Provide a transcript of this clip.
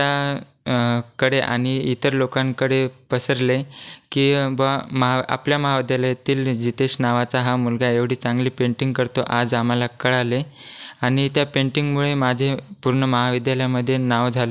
त्यांच्या कडे आणि इतर लोकांकडे पसरले की बुवा आपल्या महाविद्यालयातील जितेश नावाचा हा मुलगा एवढी चांगली पेंटिंग करतो आज आम्हाला कळले आणि त्या पेंटिंगमुळे माझे पूर्ण महाविद्यालयामध्ये नाव झाले होते